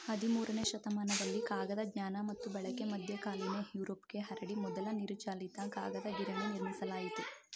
ಹದಿಮೂರನೇ ಶತಮಾನದಲ್ಲಿ ಕಾಗದ ಜ್ಞಾನ ಮತ್ತು ಬಳಕೆ ಮಧ್ಯಕಾಲೀನ ಯುರೋಪ್ಗೆ ಹರಡಿ ಮೊದಲ ನೀರುಚಾಲಿತ ಕಾಗದ ಗಿರಣಿ ನಿರ್ಮಿಸಲಾಯಿತು